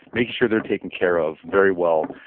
making sure they're taken care of very well.